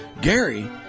Gary